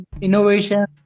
innovation